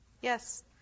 Yes